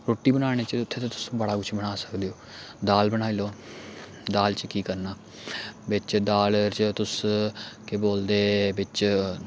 रुट्टी बनाने च उत्थै तुस बड़ा कुछ बना सकदे ओ दाल बनाई लैओ दाल च केह् करना बिच्च दाल च तुस केह् बोलदे बिच्च